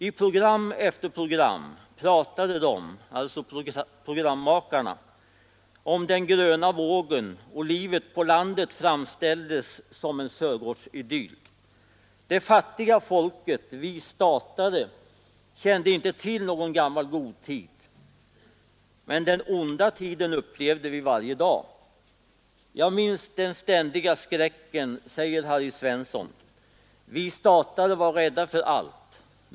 ”I program efter program pratade dom” — alltså programmakarna — ”om den gröna vågen, och livet på landet framställdes som en sörgårdsidyll. Det fattiga folket, vi statare, kände inte till någon gammal god tid. Men den onda tiden upplevde vi varje dag. Jag minns den ständiga skräcken”, säger Harry Svensson, ”Vi statare var rädda för allt.